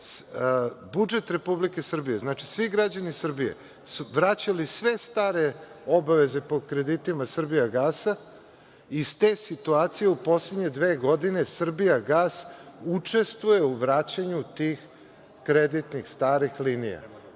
budžet Republike Srbije, znači, svi građani Srbije su vraćali sve stare obaveze po kreditima „Srbijagasa“, u poslednje dve godine „Srbijagas“ učestvuje u vraćanju tih kreditnih starih linija.